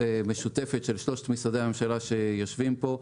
משותפת של שלושת משרדי הממשלה שיושבים פה.